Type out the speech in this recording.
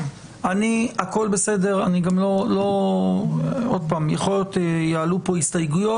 עוד פעם, יכול להיות שיעלו פה הסתייגויות.